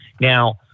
Now